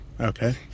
Okay